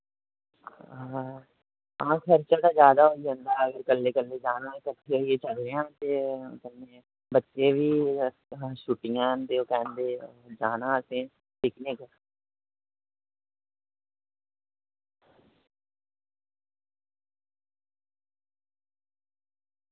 हां खर्चा ते जादा होई जंदा जे कल्ले कल्ले जाना ते कट्ठे होइयै जन्ने आं ते बच्चे बी छुिट्टियां न ते कैंह्दे जाना असें पिकनिक